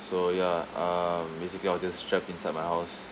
so ya uh basically I was just trapped inside my house